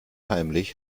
heimlich